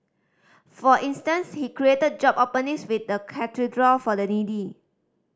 for instance he created job openings with the Cathedral for the needy